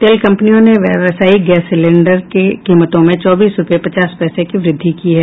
तेल कंपनियों ने व्यावसायिक गैस सिलिंडर की कीमतों में चौबीस रूपये पचास पैसे की वृद्धि की है